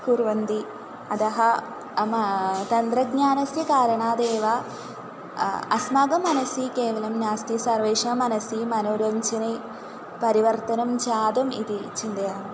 कुर्वन्ति अतः अम तन्त्रज्ञानस्य कारणादेव अस्माकं मनसि केवलं नास्ति सर्वेषां मनसि मनोरञ्जने परिवर्तनं जातम् इति चिन्तयामि